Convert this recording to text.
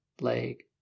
leg